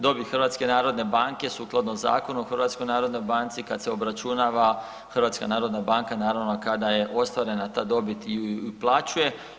Dobit HNB-a sukladno Zakonu o HNB-u kad se obračunava HNB naravno kada je ostvarena ta dobit ju i uplaćuje.